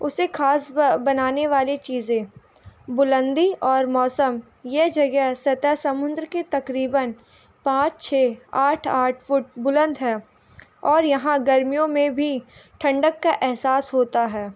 اسے خاص بنانے والی چیزیں بلندی اور موسم یہ جگہ سطح سمندر کے تقریباً پانچ چھ آٹھ آٹھ فٹ بلند ہے اور یہاں گرمیوں میں بھی ٹھنڈک کا احساس ہوتا ہے